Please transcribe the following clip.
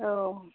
औ